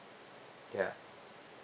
ya